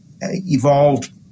evolved